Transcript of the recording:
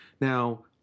Now